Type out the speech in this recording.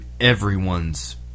everyone's